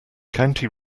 county